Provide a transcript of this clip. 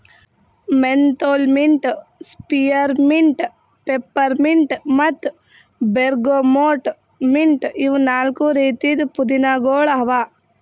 menthol mint, spearmint, peppermint ಮತ್ತ bergamot mint ಇವು ನಾಲ್ಕು ರೀತಿದ್ ಪುದೀನಾಗೊಳ್ ಅವಾ